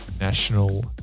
National